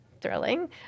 thrilling